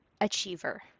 achiever